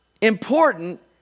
important